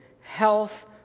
health